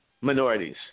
minorities